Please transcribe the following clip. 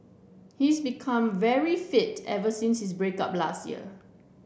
he is became very fit ever since his break up last year